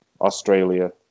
Australia